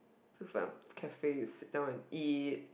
just like cafe you sit down and eat